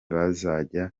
bazajya